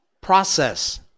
process